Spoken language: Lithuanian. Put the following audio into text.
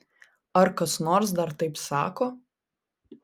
ar kas nors dar taip sako